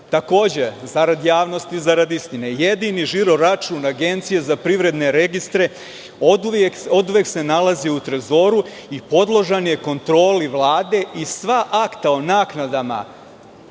Takođe, zarad javnosti, zarad istine, jedini žiro račun Agencije za privredne registre oduvek se nalazio u Trezoru i podložan je kontroli Vlade i sva akta o naknadama